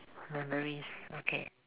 memories okay